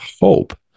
hope